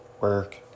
work